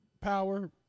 Power